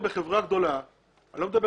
מדבר על כך שבתהליך הזה אם הוא לא מבצע את הפעולה,